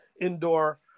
indoor